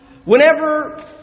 Whenever